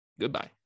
Goodbye